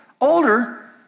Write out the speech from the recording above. older